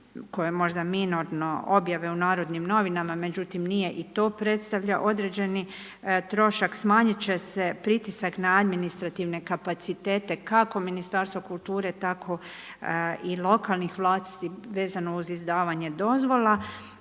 koje možda minorno, objave u Narodnim novinama, međutim nije i to predstavlja određeni trošak. Smanjit će se pritisak na administrativne kapacitete kako Ministarstva kulture, tako i lokalnih vlasti vezano uz izdavanje dozvola.